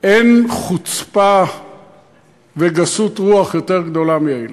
אין חוצפה וגסות רוח יותר גדולות מאלה.